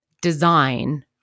design